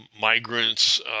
migrants